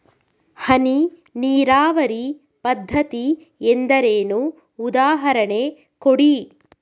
ಹನಿ ನೀರಾವರಿ ಪದ್ಧತಿ ಎಂದರೇನು, ಉದಾಹರಣೆ ಕೊಡಿ?